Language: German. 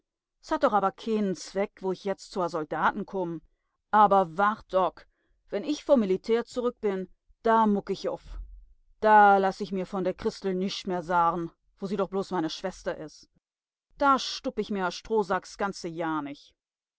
s hat doch aber keenen zweck wo ich jetz zu a soldaten kumm aber wart ock wenn ich vum militär zurück bin da muck ich uff da laß ich mir von der christel nischt mehr sagen wo sie doch bloß meine schwester is da stupp ich mir a strohsack s ganze jahr nich